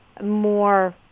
more